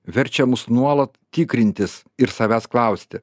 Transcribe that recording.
verčia mus nuolat tikrintis ir savęs klausti